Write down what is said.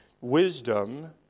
Wisdom